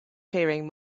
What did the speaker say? faring